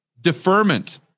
Deferment